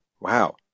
wow